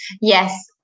Yes